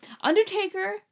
Undertaker